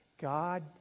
god